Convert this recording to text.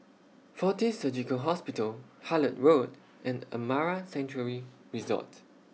Fortis Surgical Hospital Hullet Road and Amara Sanctuary Resort